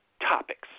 topics